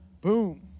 Boom